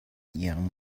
ihrem